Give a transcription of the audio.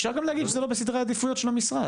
אפשר גם להגיד שזה לא בסדרי העדיפויות של המשרד.